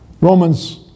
Romans